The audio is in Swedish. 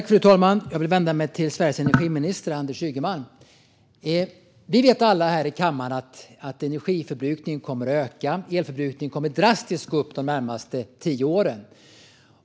Fru talman! Jag vill vända mig till Sveriges energiminister Anders Ygeman. Vi vet alla här i kammaren att energiförbrukningen kommer att öka. Elförbrukningen kommer att gå upp drastiskt de närmaste tio åren.